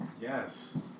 Yes